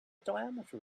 diameter